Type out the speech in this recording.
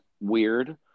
weird